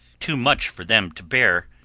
too much for them to bear,